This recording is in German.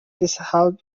deshalb